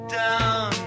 down